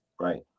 Right